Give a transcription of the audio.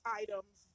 items